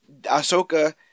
Ahsoka